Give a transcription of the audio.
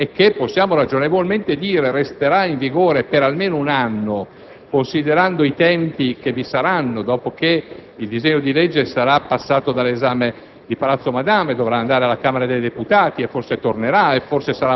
(decreto-legislativo che è in vigore da ormai 7 mesi e che, possiamo ragionevolmente ritenerlo, resterà in vigore per almeno un anno, considerando i tempi che occorreranno dopo che il disegno di legge passerà dall'esame